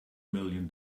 million